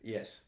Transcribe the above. Yes